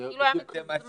זה כאילו היה מתוזמן.